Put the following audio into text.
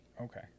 okay